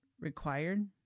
required